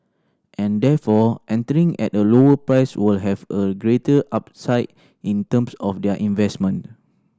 and therefore entering at a lower price will have a greater upside in terms of their investment